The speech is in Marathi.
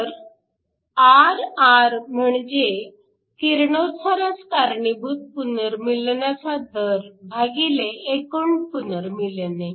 तर Rr म्हणजे किरणोत्सारास कारणीभूत पुनर्मीलनाचा दर भागिले एकूण पुनर्मिलने